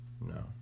No